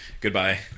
goodbye